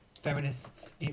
feminists